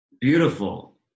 Beautiful